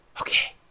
Okay